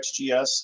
xgs